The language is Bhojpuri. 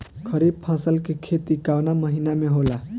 खरीफ फसल के खेती कवना महीना में होला?